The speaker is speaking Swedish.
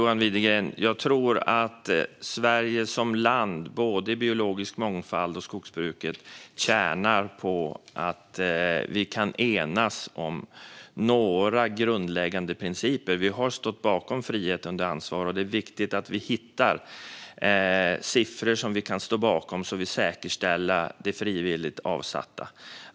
Herr talman! Jag tror att Sverige som land, både vad gäller biologisk mångfald och i skogsbruket, tjänar på att vi kan enas om några grundläggande principer. Vi har stått bakom frihet under ansvar, och det är viktigt att vi hittar siffror som vi kan stå bakom så att vi säkerställer det frivilligt avsatta.